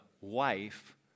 wife